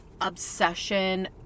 obsession